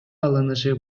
алынышы